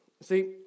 See